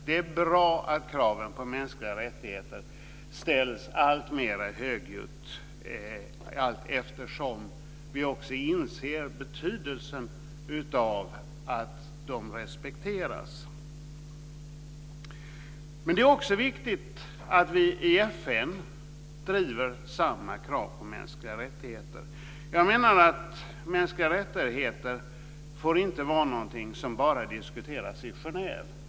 Det är bra att kraven på mänskliga rättigheter ställs alltmer högljutt allt eftersom vi också inser betydelsen av att de respekteras. Det är också viktigt att vi i FN driver samma krav på mänskliga rättigheter. Jag menar att mänskliga rättigheter inte får vara någonting som bara diskuteras i Genève.